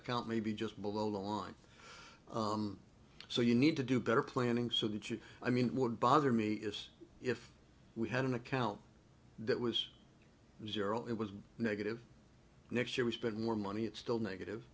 account may be just below the line so you need to do better planning so that you i mean it would bother me is if we had an account that was zero it was negative next year we spent more money it's still negative